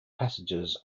passages